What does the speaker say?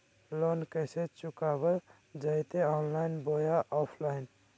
Loan कैसे चुकाबल जयते ऑनलाइन बोया ऑफलाइन?